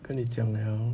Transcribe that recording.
跟你讲了